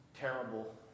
terrible